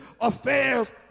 affairs